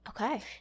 Okay